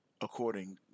according